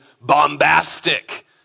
bombastic